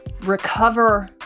recover